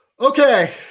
Okay